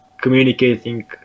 communicating